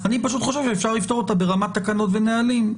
אני פשוט חושב שאפשר לפתור אותה ברמת תקנות ונהלים.